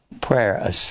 prayer